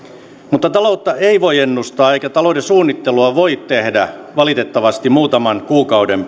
mutta taloutta ei voi ennustaa eikä talouden suunnittelua voi tehdä valitettavasti muutaman kuukauden